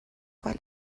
گلم